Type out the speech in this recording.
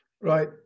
Right